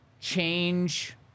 change